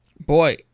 boy